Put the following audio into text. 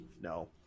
No